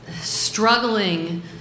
struggling